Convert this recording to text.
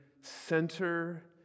center